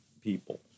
people